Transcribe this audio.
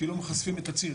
כי לא מחשפים את הציר.